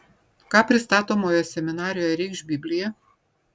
ką pristatomoje seminarijoje reikš biblija